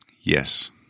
Yes